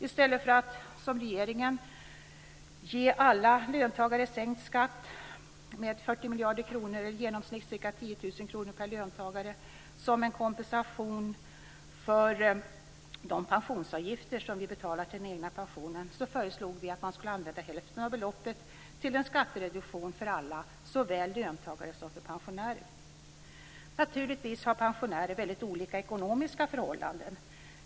I stället för att, som regeringen, sänka skatten med 40 miljarder kronor eller i genomsnitt ca 10 000 kr per löntagare som en kompensation för de pensionsavgifter som vi betalar till den egna pensionen, föreslog vi att man skulle använda hälften av beloppet till en skattereduktion för såväl löntagare som pensionärer. Naturligtvis har pensionärer väldigt olika ekonomiska förhållanden.